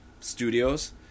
Studios